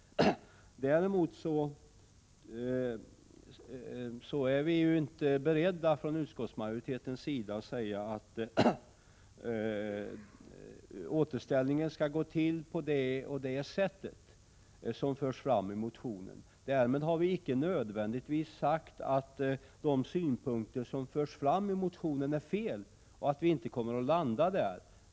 Däremot är vi inte beredda, från utskottsmajoritetens sida, att säga att återställandet skall gå till på det eller det sättet, vilket förs fram i motionen. Därmed har vi icke nödvändigtvis sagt att de synpunkter som förs fram i motionen är fel och att vi inte kommer att landa där.